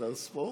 כשדר ספורט.